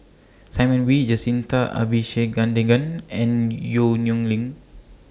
Simon Wee Jacintha Abisheganaden and Yong Nyuk Lin